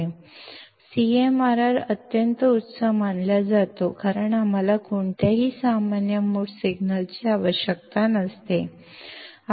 आणि CMRR अत्यंत उच्च मानला जातो कारण आम्हाला कोणत्याही सामान्य मोड सिग्नलची आवश्यकता नसते